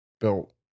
built